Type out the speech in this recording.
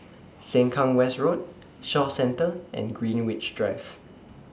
Sengkang West Road Shaw Centre and Greenwich Drive